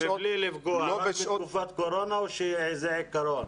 בלי לפגוע אבל רק בתקופת קורונה או שזה עיקרון?